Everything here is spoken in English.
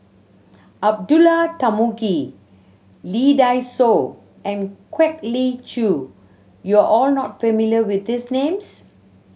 Abdullah Tarmugi Lee Dai Soh and Kwek Leng Joo you are all not familiar with these names